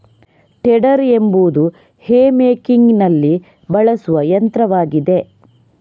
tedder ಎಂಬುದು hay ಮೇಕಿಂಗಿನಲ್ಲಿ ಬಳಸುವ ಯಂತ್ರವಾಗಿದೆ